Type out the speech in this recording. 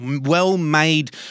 well-made